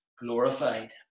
glorified